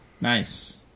Nice